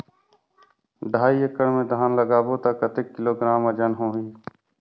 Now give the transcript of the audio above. ढाई एकड़ मे धान लगाबो त कतेक किलोग्राम वजन होही?